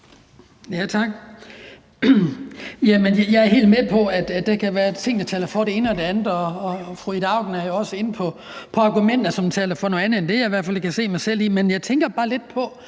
at der kan være ting, der taler for det ene og det andet. Fru Ida Auken er jo også inde på argumenter, som taler for noget andet end det,